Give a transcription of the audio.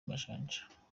amajanja